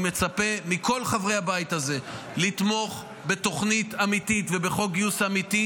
אני מצפה מכל חברי הבית הזה לתמוך בתוכנית אמיתית ובחוק גיוס אמיתי,